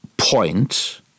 point